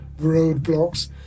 roadblocks